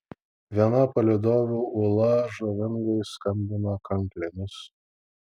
viena palydovių ula žavingai skambina kanklėmis